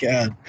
God